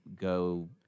go –